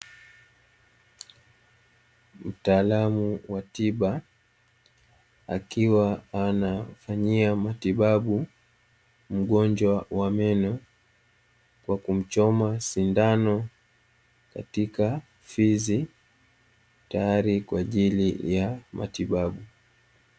Mtaalamu wa tiba akiwa anamfanyia matibabu mgonjwa wa meno, kwa kumchoma sindano katika fizi, tayari kwa ajili ya matibabu.